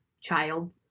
child